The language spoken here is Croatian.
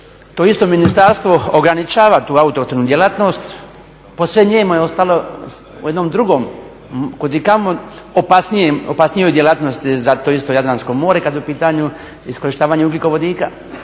to isto ministarstvo ograničava tu … djelatnost, posve nijemo je ostalo u jednom drugom kudikamo opasnijoj djelatnosti za to isto Jadransko more kada je u pitanju iskorištavanje ugljikovodika